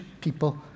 people